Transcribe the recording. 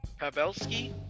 Pavelski